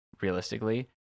realistically